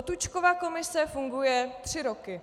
Potůčkova komise funguje tři roky.